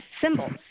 symbols